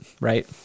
right